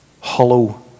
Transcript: hollow